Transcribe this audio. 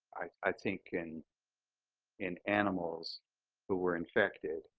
i think in in animals who were infected